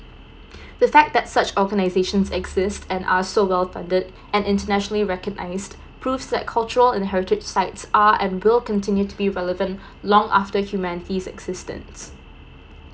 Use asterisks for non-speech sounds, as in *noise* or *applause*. *breath* the fact that such organization exist and are so well funded and internationally recognize proves that cultural and heritage sites are and will continue to be relevant *breath* long after humanity existence